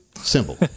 Simple